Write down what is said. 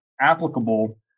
applicable